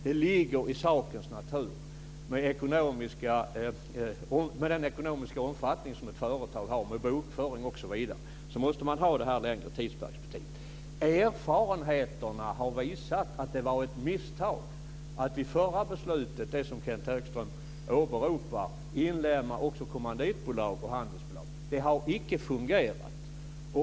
Det ligger i sakens natur med den ekonomiska omfattning som ett företag har med bokföring osv. att man måste ha det här med längre tidsperspektivet. Erfarenheten har visat att det var ett misstag att i det förra beslutet - det som Kenth Högström åberopar - inlemma också kommanditbolag. Det har inte fungerat.